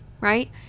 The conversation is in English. right